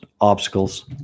obstacles